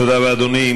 תודה רבה, אדוני.